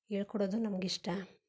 ಹೇಳ್ಕೊಡೋದು ನಮಗಿಷ್ಟ